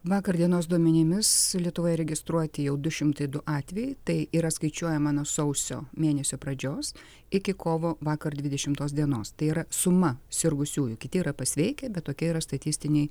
vakar dienos duomenimis lietuvoje registruoti jau du šimtai du atvejai tai yra skaičiuojama nuo sausio mėnesio pradžios iki kovo vakar dvidešimtos dienos tai yra suma sirgusiųjų kiti yra pasveikę bet tokie yra statistiniai